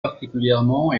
particulièrement